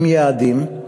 עם יעדים,